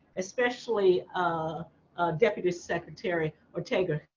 especially a deputy secretary or tiger.